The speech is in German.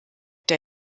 der